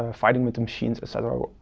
ah fighting with the machines, et cetera,